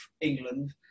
England